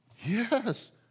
Yes